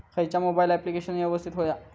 खयचा mobile application यवस्तित होया?